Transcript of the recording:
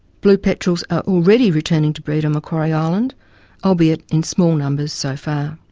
blue petrels are already returning to breed on macquarie island albeit in small numbers so far.